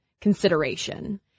consideration